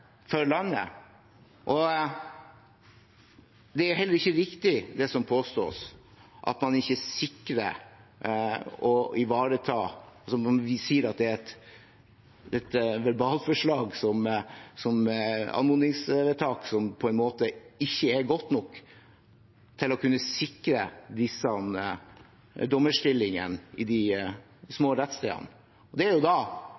for landet. Det er heller ikke riktig, det som påstås, at det er et verbalforslag, et anmodningsvedtak, som ikke er godt nok til å kunne sikre disse dommerstillingene på de små rettsstedene. Det ville jo